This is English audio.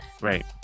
right